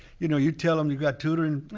you know you tell em you got tutoring,